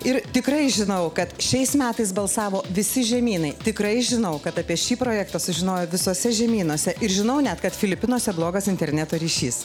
ir tikrai žinau kad šiais metais balsavo visi žemynai tikrai žinau kad apie šį projektą sužinojo visuose žemynuose ir žinau net kad filipinuose blogas interneto ryšys